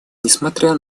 несмотря